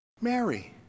Mary